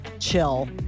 chill